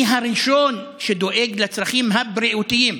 אני הראשון שדואג לצרכים הבריאותיים,